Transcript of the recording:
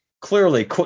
clearly